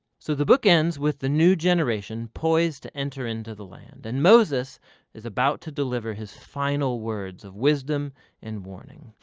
so the book ends with the new generation poised to enter into the land and moses is about to deliver his final words of wisdom and warning.